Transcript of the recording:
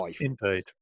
indeed